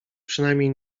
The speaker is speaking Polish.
przynajmniej